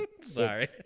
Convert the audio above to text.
Sorry